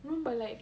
no but like